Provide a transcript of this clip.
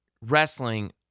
wrestling